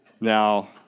Now